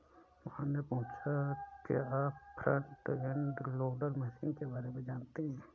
मोहन ने पूछा कि क्या आप फ्रंट एंड लोडर मशीन के बारे में जानते हैं?